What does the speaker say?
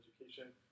Education